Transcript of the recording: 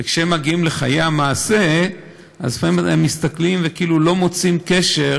וכשהם מגיעים לחיי המעשה לפעמים הם מסתכלים ולא מוצאים קשר